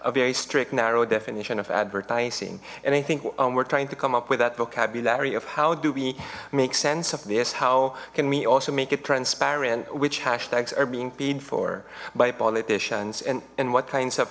a very strict narrow definition of advertising and i think we're trying to come up with that vocabulary of how do we make sense of this how can we also make it transparent which hashtags are being paid for by politicians and and what kinds of